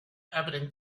evident